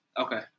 Okay